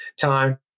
time